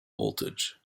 voltage